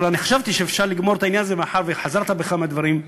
אבל אני חשבתי שאפשר לגמור את העניין הזה מאחר שחזרת בך מהדברים.